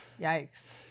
Yikes